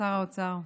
שר האוצר,